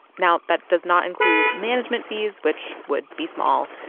now, that does not include management fees, which would be small,